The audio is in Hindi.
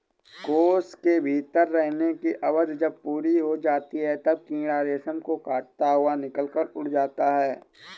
कोश के भीतर रहने की अवधि जब पूरी हो जाती है, तब कीड़ा रेशम को काटता हुआ निकलकर उड़ जाता है